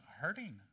hurting